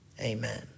Amen